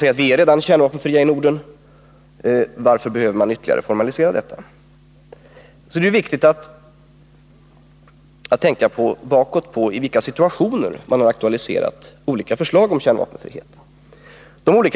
Vi är redan kärnvapenfria i Norden, och varför behöver vi ytterligare formalisera detta? frågar man. Det är då viktigt att tänka bakåt på i vilka situationer man har aktualiserat olika frågor om kärnvapenfrihet.